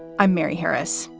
i'm mary harris.